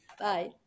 bye